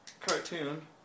cartoon